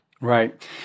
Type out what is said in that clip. right